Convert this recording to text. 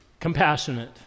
Compassionate